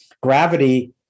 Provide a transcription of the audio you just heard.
gravity